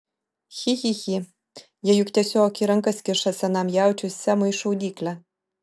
chi chi chi jie juk tiesiog į rankas kiša senam jaučiui semui šaudyklę